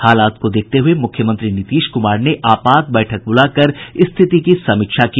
हालात को देखते हुए मुख्यमंत्री नीतीश कुमार ने आपात बैठक बुलाकर स्थिति की समीक्षा की